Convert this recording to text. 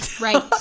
Right